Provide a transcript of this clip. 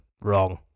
Wrong